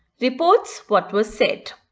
reports what was said.